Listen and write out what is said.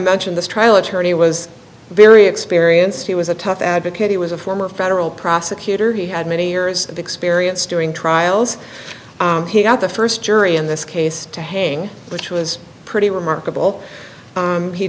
mentioned this trial attorney was very experienced he was a tough advocate he was a former federal prosecutor he had many years of experience during trials he had the first jury in this case to hang which was pretty remarkable